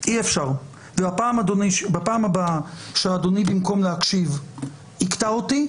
ובפעם הבאה שאדוני במקום להקשיב יקטע אותי,